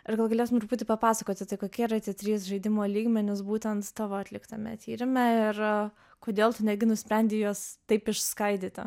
ir gal galėtum truputį papasakoti tai kokie yra tie trys žaidimo lygmenys būtent savo atliktame tyrime ir kodėl tu netgi nusprendei juos taip išskaidyti